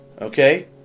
okay